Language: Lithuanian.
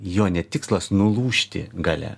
jo ne tikslas nulūžti gale